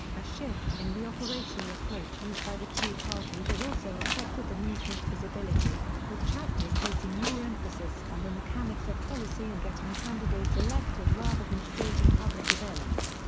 a shift in the operational approach used by the tea party has also affected the movement's visibility, with chapters placing more emphasis on the mechanics of policy and getting candidates elected rather than staging public events.